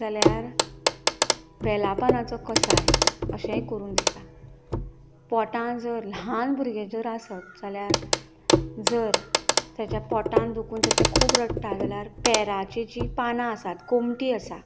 जाल्याप बेला पानांचो कसाय अशेंय करून दिता पोटांत जर ल्हान भुरगें जर आसत जाल्यार जर तेज्या पोटान दुखून जर ते खूब रडटा जाल्यार पेराची जीं पानां आसात कुमटी आसा